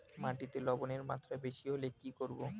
মাটিতে লবণের মাত্রা বেশি হলে কি করব?